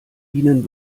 ihnen